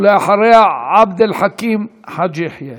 אחריה, עבד אל חכים חאג' יחיא.